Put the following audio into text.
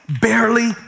barely